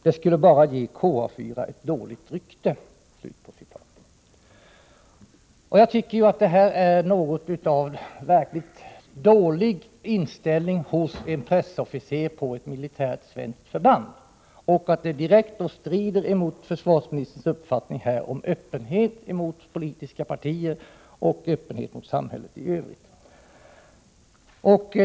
Det skulle bara ge KA 4 ett dåligt rykte.” Jag tycker detta är en inställning hos en pressofficer på ett svenskt militärt förband som direkt strider emot försvarsministerns uppfattning om att det måste råda öppenhet mellan försvaret och politiska partier och mellan försvaret och samhället i övrigt.